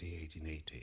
1880